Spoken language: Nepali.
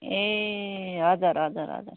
ए हजुर हजुर हजुर